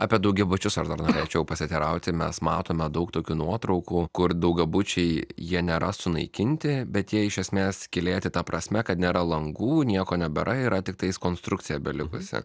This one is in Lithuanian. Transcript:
apie daugiabučius aš dar norėčiau pasiteirauti mes matome daug tokių nuotraukų kur daugiabučiai jie nėra sunaikinti bet jie iš esmės skylėti ta prasme kad nėra langų nieko nebėra yra tiktais konstrukcija belikusi